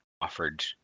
offered